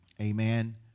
amen